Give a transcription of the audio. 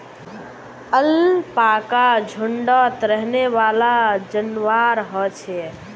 alpaca झुण्डत रहनेवाला जंवार ह छे